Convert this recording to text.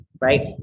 right